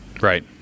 Right